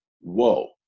whoa